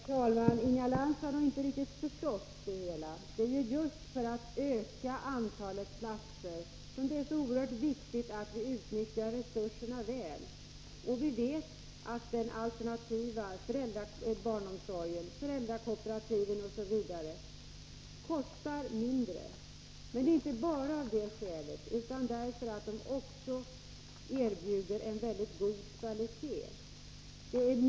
Herr talman! Inga Lantz har nogiinte riktigt förstått det hela. Det är just för att öka antalet barnomsorgsplatser som det är oerhört viktigt att utnyttja resurserna väl. Vi vet att den alternativa barnomsorgen, föräldrakooperativen osv. kostar mindre. Men det är inte bara av det skälet som de bör finnas utan också därför att de erbjuder en mycket god kvalitet.